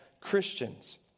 Christians